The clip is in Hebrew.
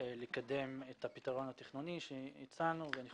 לקדם את הפתרון התכנוני שהצענו.